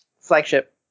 flagship